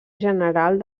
general